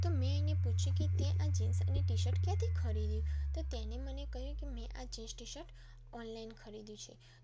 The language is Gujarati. તો મેં એને પૂછ્યું કે તે આ જીન્સ અને ટીશર્ટ ક્યાંથી ખરીદ્યું તો તેણે મને કહ્યું કે મેં આ જીન્સ ટીશર્ટ ઓનલાઈન ખરીદ્યું છે